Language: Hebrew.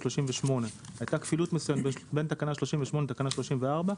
38. הייתה כפילות מסוימת בין תקנה 38 לתקנה 34,